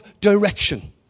direction